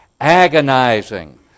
agonizing